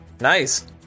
Nice